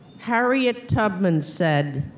harriet tubman said,